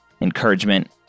encouragement